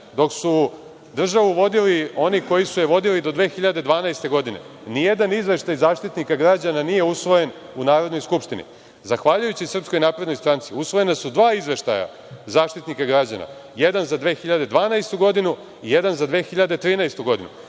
dok su državu vodili oni koji su je vodili do 2012. godine, nijedan izveštaj Zaštitnika građana nije usvojen u Narodnoj skupštini. Zahvaljujući SNS usvojena su dva izveštaja Zaštitnika građana, jedan za 2012. godinu i jedan za 2013. godinu.Zašto